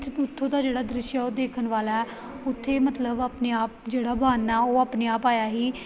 ਉੱਥੋਂ ਦਾ ਜਿਹੜਾ ਦ੍ਰਿਸ਼ ਉਹ ਦੇਖਣ ਵਾਲਾ ਉੱਥੇ ਮਤਲਬ ਆਪਣੇ ਆਪ ਜਿਹੜਾ ਵਣ ਆ ਉਹ ਆਪਣੇ ਆਪ ਆਇਆ ਸੀ